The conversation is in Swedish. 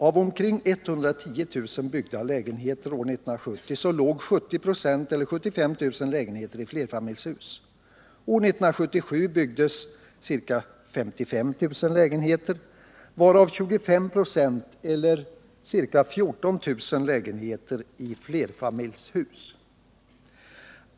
Av omkring 110 000 byggda lägenheter år 1970 låg 70 96 eller 75 000 lägenheter i flerfamiljshus. År 1977 byggdes ca 55 000 lägenheter, varav 25 96 eller ca 14 000 lägenheter i flerfamiljshus.